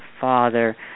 father